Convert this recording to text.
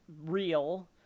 real